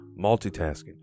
multitasking